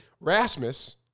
Rasmus